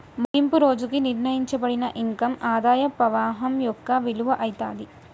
ముగింపు రోజుకి నిర్ణయింపబడిన ఇన్కమ్ ఆదాయ పవాహం యొక్క విలువ అయితాది